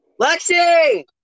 Lexi